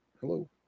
hello